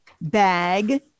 bag